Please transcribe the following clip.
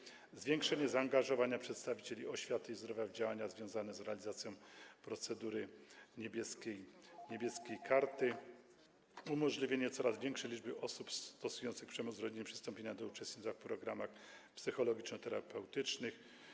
Chodzi też o zwiększenie zaangażowania przedstawicieli oświaty i zdrowia w działania związane z realizacją procedury „Niebieskie karty”, umożliwienie coraz większej liczbie osób stosujących przemoc w rodzinie przystąpienia do uczestnictwa w programach psychologiczno-terapeutycznych.